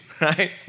right